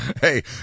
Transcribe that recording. Hey